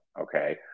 okay